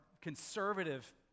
conservative